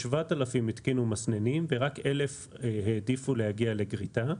7,000 התקינו מסננים ורק 1,000 העדיפו להגיע לגריטה,